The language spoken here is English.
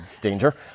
Danger